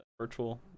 virtual